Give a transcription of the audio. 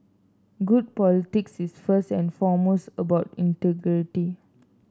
good politics is first and foremost about integrity